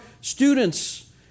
students